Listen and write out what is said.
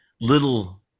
little